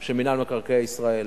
של מינהל מקרקעי ישראל.